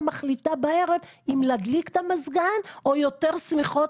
מחליטה בערב אם להדליק את המזגן או יותר שמיכות,